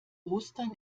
ostern